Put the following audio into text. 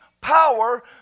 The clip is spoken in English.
power